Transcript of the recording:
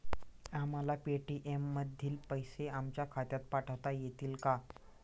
आम्हाला पेटीएम मधील पैसे आमच्या खात्यात पाठवता येतील का?